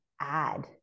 add